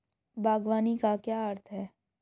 बागवानी का क्या अर्थ है?